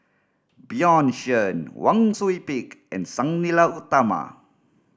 Bjorn Shen Wang Sui Pick and Sang Nila Utama